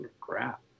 crap